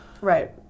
Right